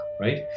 right